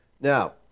now